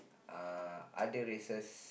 uh other races